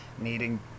needing